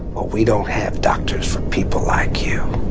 well, we don't have doctors for people like you